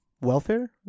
welfare